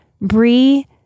Bree